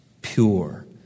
pure